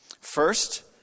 First